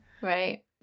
right